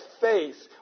faith